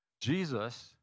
Jesus